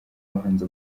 abahanzi